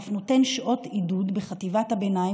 אף נותן שעות עידוד בחטיבת הביניים